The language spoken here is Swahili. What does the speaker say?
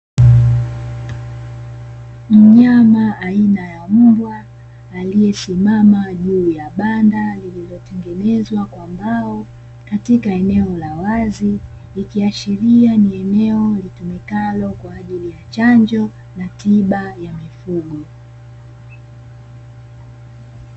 Mnyama aina ya mbwa aliyesimama juu ya banda, lililotengenezwa kwa mbao katika eneo la wazi, ikiashiria ni eneo litumikalo kwa ajili ya chanjo na tiba ya mifugo.